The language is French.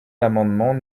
l’amendement